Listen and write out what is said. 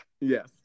yes